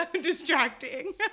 distracting